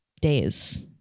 days